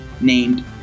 named